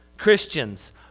Christians